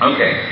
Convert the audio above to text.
Okay